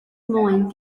moyn